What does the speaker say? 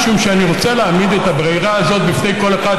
משום שאני רוצה להעמיד את הברירה הזאת בפני כל אחד.